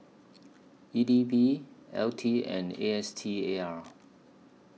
E D B L T and A S T A R